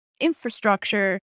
infrastructure